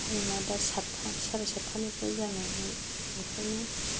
थायमा दा सातथा सारे सातथानिफ्राय जानायलाय ओंखायनो